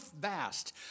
vast